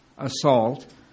Assault